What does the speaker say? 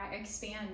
expand